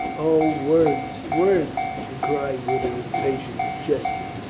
o, words, words, she cried with an impatient gesture.